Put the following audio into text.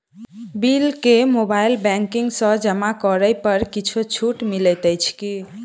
Bill केँ mobile banking सँ जमा करै पर किछ छुटो मिलैत अछि की?